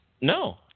No